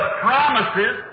promises